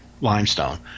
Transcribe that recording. limestone